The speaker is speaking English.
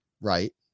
Right